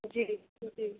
जी जी